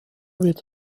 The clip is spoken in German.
wird